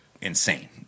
insane